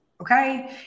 okay